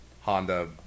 Honda